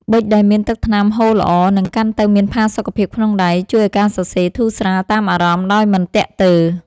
ប៊ិចដែលមានទឹកថ្នាំហូរល្អ និងកាន់ទៅមានផាសុកភាពក្នុងដៃ ជួយឱ្យការសរសេរធូរស្រាលតាមអារម្មណ៍ដោយមិនទាក់ទើ។